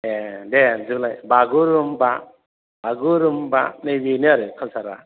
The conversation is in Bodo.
ए दे बिदिब्लालाय बागुरुम्बा बागुरुम्बा नै बेनो आरो कालसारा